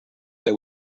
that